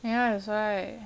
ya that's why